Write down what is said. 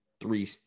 three